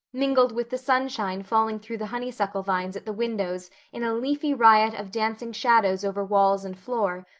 mingled with the sunshine falling through the honeysuckle vines at the windows in a leafy riot of dancing shadows over walls and floor,